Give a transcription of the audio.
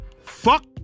Fuck